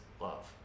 love